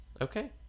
Okay